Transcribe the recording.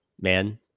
man